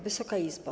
Wysoka Izbo!